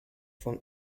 from